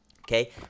Okay